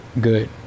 good